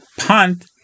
punt